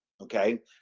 okay